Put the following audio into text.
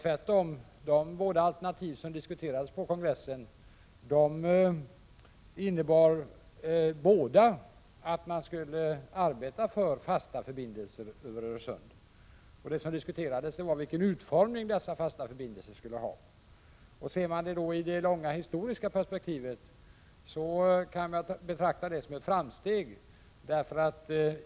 Tvärtom innebar båda de alternativ som diskuterades på kongressen att man skulle arbeta för fasta förbindelser över Öresund. Frågan gällde vilken utformning dessa fasta förbindelser skulle ha. I det långa historiska perspektivet kan man betrakta det som ett framsteg.